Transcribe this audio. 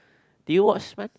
did you watch man